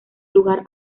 lugar